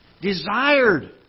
Desired